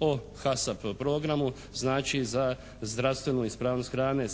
o HASAP programu znači za zdravstvenu ispravnost hrane,